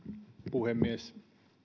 puhemies